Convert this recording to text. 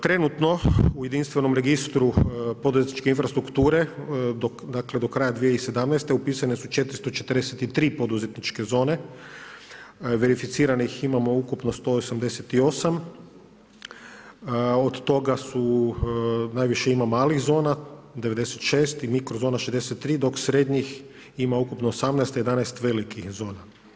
Trenutno u jedinstvenom registru poduzetničke infrastrukture, do kraja 2017. upisana su 443 poduzetničke zone, verificiranih imao ukupno 188, od toga su najviše ima malih zona, 96 i mikro zona 63, dok srednjih ima ukupno 18, a 11 velikih zona.